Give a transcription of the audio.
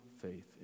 faith